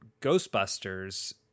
Ghostbusters